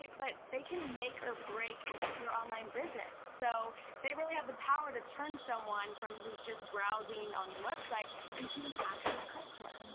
but they can make or break your online business. so they really have the power to turn someone from who's just browsing on your website into an actual customer.